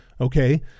okay